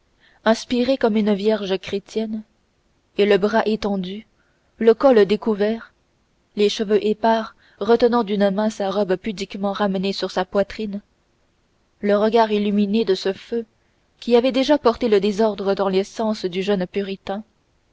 inspirée comme une vierge chrétienne et le bras étendu le col découvert les cheveux épars retenant d'une main sa robe pudiquement ramenée sur sa poitrine le regard illuminé de ce feu qui avait déjà porté le désordre dans les sens du jeune puritain